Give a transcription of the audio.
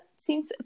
seems